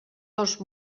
dos